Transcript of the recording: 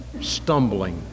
stumbling